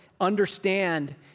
understand